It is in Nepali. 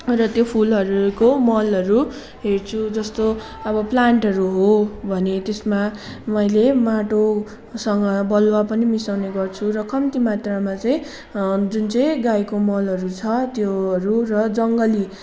र त्यो फुलहरूको मलहरू हेर्छु जस्तो अब प्लान्टहरू हो भने त्यसमा मैले माटोसँग बलुवा पनि मिसाउने गर्छु र कम्ती मात्रमा चाहिँ जुन चाहिँ गाईको मलहरू छ त्योहरू र जङ्गली